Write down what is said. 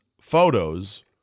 photos